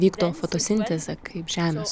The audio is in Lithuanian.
vykdo fotosintezę kaip žemės